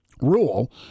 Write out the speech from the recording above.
Rule